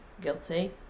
guilty